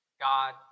God